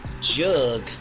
jug